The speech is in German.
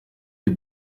die